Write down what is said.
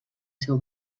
seu